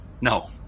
No